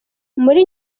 muri